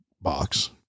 box